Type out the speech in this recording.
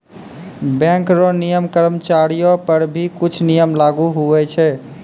bank रो नियम कर्मचारीयो पर भी कुछु नियम लागू हुवै छै